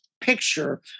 picture